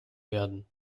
werden